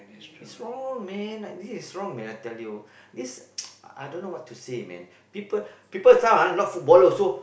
is wrong man like this is wrong man I tell you this I don't know what to say man people people some ah not footballer also